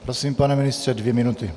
Prosím, pane ministře, dvě minuty.